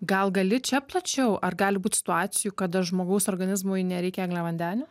gal gali čia plačiau ar gali būt situacijų kada žmogaus organizmui nereikia angliavandenių